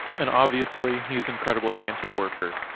and obviously, he's incredibly anti worker.